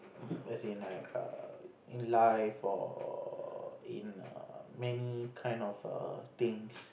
as in like err in life or in err many kind of err things